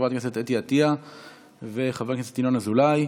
חברת הכנסת אתי עטייה וחבר הכנסת ינון אזולאי.